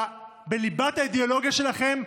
בליבת האידיאולוגיה שלכם,